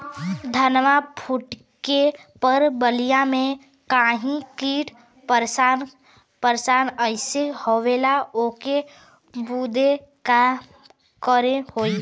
धनवा फूटले पर बलिया में गान्ही कीट परेशान कइले हवन ओकरे बदे का करे होई?